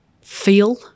feel